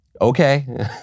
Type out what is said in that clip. Okay